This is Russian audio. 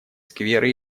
скверы